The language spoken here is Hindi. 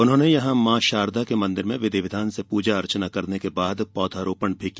उन्होंने यहां मां शारदा के मंदिर में विधिविधान से पूजा अर्चना करने के बाद पौधारोपण किया